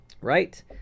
right